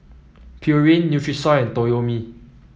Pureen Nutrisoy and Toyomi